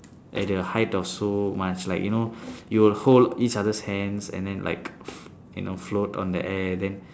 at a height of so much like you know you'll hold each others hands and then like you know float on the air then